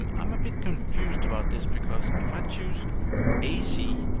and i'm a bit confused about this, because if i choose ac,